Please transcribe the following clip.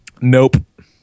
Nope